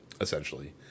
essentially